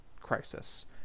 crisis